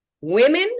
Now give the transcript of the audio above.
Women